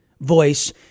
voice